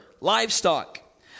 livestock